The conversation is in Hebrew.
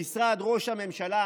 למשרד ראש הממשלה